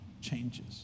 changes